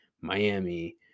Miami